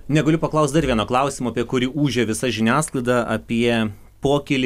negaliu paklaust dar vieno klausimo apie kurį ūžia visa žiniasklaida apie pokylį